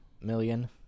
million